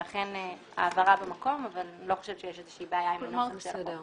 ולכן ההבהרה במקום אבל אני לא חושבת שיש בעיה עם הנוסח של החוק.